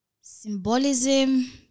Symbolism